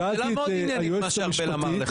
זו שאלה מאוד עניינית מה שארבל אמר לך.